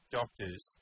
doctors